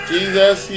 Jesus